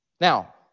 Now